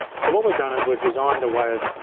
so what we've done is we've designed a way of,